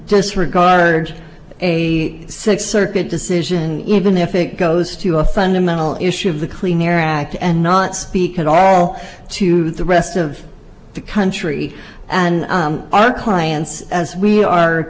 disregard a six circuit decision even if it goes to a fundamental issue of the clean air act and not speak at all to the rest of the country and our clients as we are